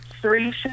three